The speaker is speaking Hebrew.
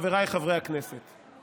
חבריי חברי הכנסת,